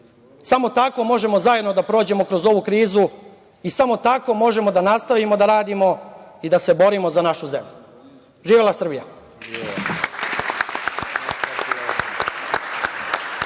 Samo tako možemo zajedno da prođemo kroz ovu krizu i samo tako možemo da nastavimo da radimo i da se borimo za našu zemlju. Živela Srbija!